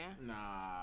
Nah